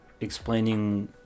explaining